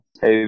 Hey